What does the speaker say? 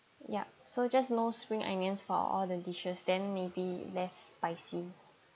ya so just no spring onions for all the dishes then maybe less spicy